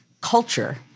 culture